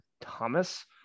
thomas